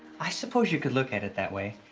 i suppose you could look at it that way.